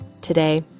Today